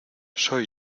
soy